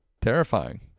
terrifying